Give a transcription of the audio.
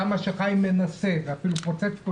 כמה שחבר הכנסת כץ מנסה ואפילו פוצץ את